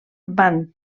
van